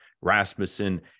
Rasmussen